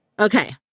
Okay